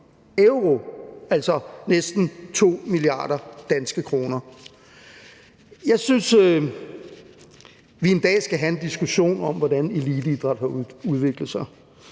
euro, altså næsten 2 mia. kr. Jeg synes, at vi en dag skal have en diskussion om, hvordan eliteidræt har udviklet sig,